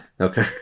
okay